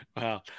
Wow